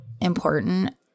important